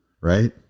right